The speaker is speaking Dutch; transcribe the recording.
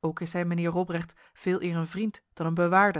ook is hij mijnheer robrecht veeleer een vriend dan een